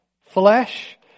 Flesh